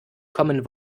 commen